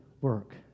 work